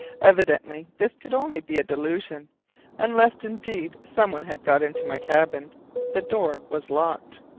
evidently this could only be a delusion unless, indeed, some one had got into my cabin the door was locked.